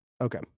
Okay